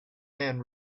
and